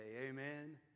Amen